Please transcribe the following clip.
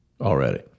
already